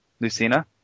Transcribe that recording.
Lucina